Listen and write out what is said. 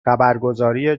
خبرگزاری